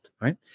right